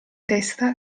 testa